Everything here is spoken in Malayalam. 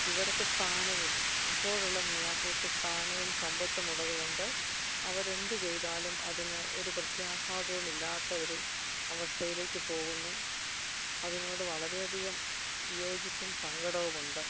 ഇവർക്ക് സ്ഥാനവും ഇപ്പോഴുള്ള നേതാക്കൾക്ക് സ്ഥാനവും സമ്പത്തും ഉള്ളതുകൊണ്ട് അവരെന്ത് ചെയ്താലും അതിന് ഒരു പ്രത്യാഘാതവും ഇല്ലാത്ത ഒരു അവസ്ഥയിലേക്ക് പോകുന്നു അതിനോട് വളരെയധികം വിയോജിപ്പും സങ്കടവുമുണ്ട്